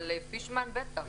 אבל פישמן בטח.